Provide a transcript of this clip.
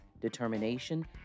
determination